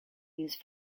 use